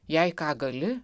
jei ką gali